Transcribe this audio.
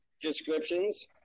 descriptions